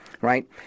right